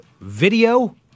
video